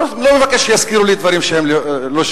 אני לא מבקש שישכירו לי דברים שהם לא שלי.